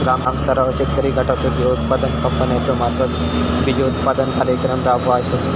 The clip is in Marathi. ग्रामस्तरावर शेतकरी गटाचो किंवा उत्पादक कंपन्याचो मार्फत बिजोत्पादन कार्यक्रम राबायचो?